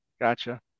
Gotcha